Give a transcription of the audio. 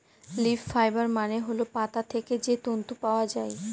leaf fibre মানে হল পাতা থেকে যে তন্তু পাওয়া যায়